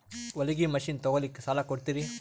ಹೊಲಗಿ ಮಷಿನ್ ತೊಗೊಲಿಕ್ಕ ಸಾಲಾ ಕೊಡ್ತಿರಿ?